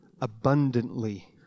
abundantly